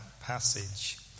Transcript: passage